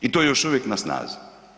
I to je još uvijek na snazi.